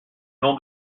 nom